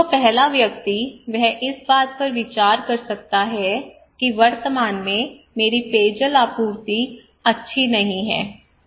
तो पहला व्यक्ति वह इस बात पर विचार कर सकता है कि वर्तमान में मेरी पेयजल आपूर्ति अच्छी नहीं है